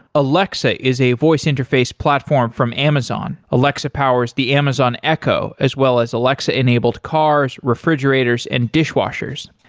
alexa is a voice interface platform from amazon. alexa powers the amazon echo, as well as alexa enabled cars, refrigerators and dishwashers.